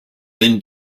been